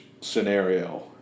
scenario